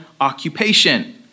occupation